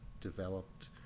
developed